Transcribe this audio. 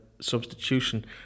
substitution